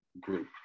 group